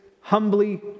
humbly